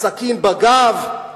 סכין בגב,